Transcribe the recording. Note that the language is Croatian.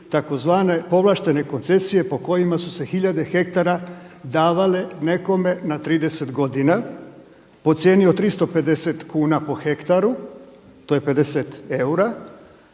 tzv. povlaštene koncesije po kojima su se hiljade hektara davale nekome na 30 godina po cijeni od 350 kuna po hektaru, to je 50 eura,